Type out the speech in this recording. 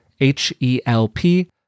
H-E-L-P